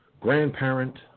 grandparent